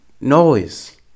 noise